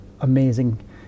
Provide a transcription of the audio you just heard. amazing